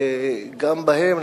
וגם בהן,